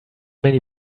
many